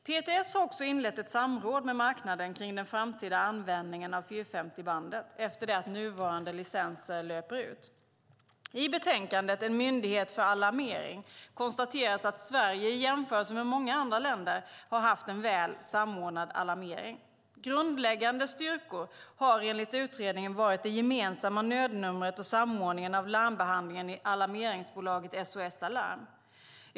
PTS har också inlett ett samråd med marknaden kring den framtida användningen av 450-bandet efter det att nuvarande licenser löper ut. I betänkandet En myndighet för alarmering konstateras att Sverige i jämförelse med många andra länder har haft en väl samordnad alarmering. Grundläggande styrkor har enligt utredningen varit det gemensamma nödnumret och samordningen av larmbehandlingen i alarmeringsbolaget SOS Alarm.